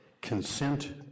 Consent